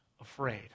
afraid